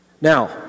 Now